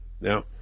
Now